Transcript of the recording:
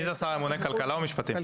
מי זה השר הממונה כלכלה או משפטים?